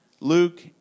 Luke